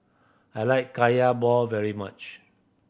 I like Kaya ball very much